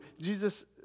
Jesus